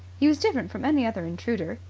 he was different from any other intruder.